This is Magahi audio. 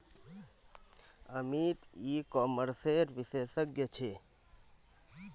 अमित ई कॉमर्सेर विशेषज्ञ छे